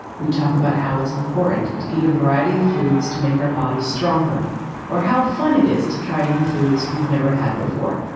we talk about how it's important to eat a variety of foods to make our bodies stronger or how fun it is to try new foods we've never had before.